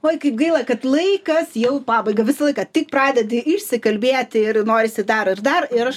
oi kaip gaila kad laikas jau į pabaigą visą laiką tik pradedi išsikalbėti ir norisi dar ir dar ir aš